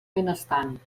benestant